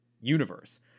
universe